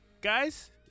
guys